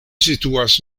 situas